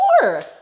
Sure